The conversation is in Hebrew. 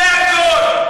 זה הכול.